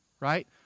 right